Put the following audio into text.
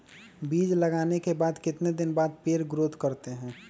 बीज लगाने के बाद कितने दिन बाद पर पेड़ ग्रोथ करते हैं?